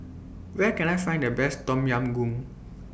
Where Can I Find The Best Tom Yam Goong